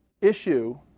issue